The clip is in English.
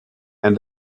and